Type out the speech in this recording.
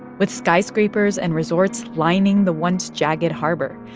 with skyscrapers and resorts lining the once jagged harbor.